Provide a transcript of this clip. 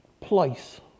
place